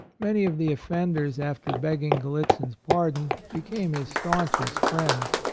many of the offenders, after begging gallitzin's pardon, became his stanchest friends.